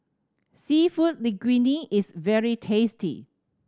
Seafood Linguine is very tasty